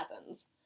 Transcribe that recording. Athens